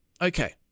Okay